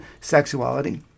sexuality